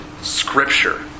scripture